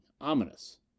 ominous